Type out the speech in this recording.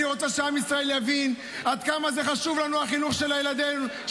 אני רוצה שעם ישראל יבין עד כמה חשוב לנו החינוך של ילדינו,